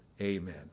Amen